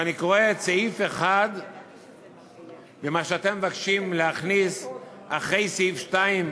ואני קורא את סעיף 1 במה שאתם מבקשים להכניס "אחרי סעיף 2",